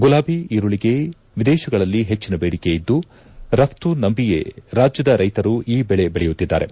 ಗುಲಾಬಿ ಈರುಳ್ಳಿಗೆ ವಿದೇಶಗಳಲ್ಲಿ ಹೆಚ್ಚಿನ ಬೇಡಿಕೆ ಇದ್ದು ರಪ್ತುನಂಬಿಯೇ ರಾಜ್ಯದ ರೈತರು ಈ ಬೆಳೆ ಬೆಳೆಯುತ್ತಿದ್ದಾರೆ